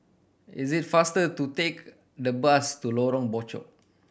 it is faster to take the bus to Lorong Bachok